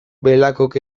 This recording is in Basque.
belakok